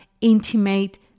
intimate